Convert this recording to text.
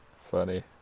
funny